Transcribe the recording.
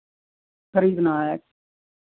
खरीदना है